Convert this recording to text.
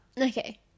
Okay